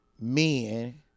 men